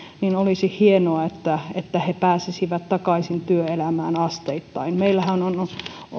niin olisi hienoa että että he pääsisivät takaisin työelämään asteittain meillähän on